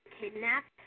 Kidnapped